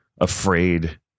afraid